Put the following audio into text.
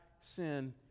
sin